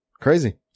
Crazy